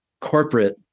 corporate